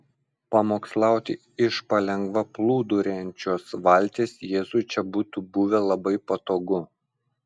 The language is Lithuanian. pamokslauti iš palengva plūduriuojančios valties jėzui čia būtų buvę labai patogu